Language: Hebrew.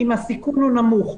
אם הסיכון הוא נמוך.